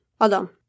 Adam